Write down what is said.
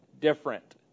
different